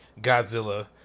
Godzilla